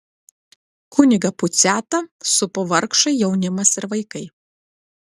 kunigą puciatą supo vargšai jaunimas ir vaikai